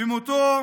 במותו